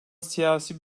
siyasi